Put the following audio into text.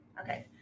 Okay